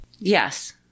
Yes